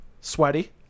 sweaty